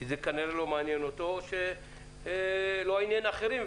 כי זה כנראה לא מעניין אותו או שזה לא עניין אחרים,